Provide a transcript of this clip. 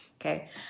Okay